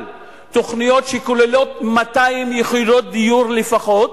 תוכניות שכוללות 200 יחידות דיור לפחות,